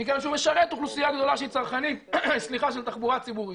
בגלל שהוא משרת אוכלוסייה גדולה שהיא צרכנית של תחבורה ציבורית,